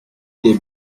des